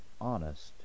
honest